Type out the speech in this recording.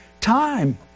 time